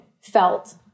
felt